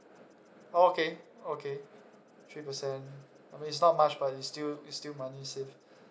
oh okay okay three percent I mean is not much but is still is still money saved